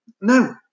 No